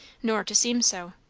nor to seem so.